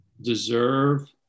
deserve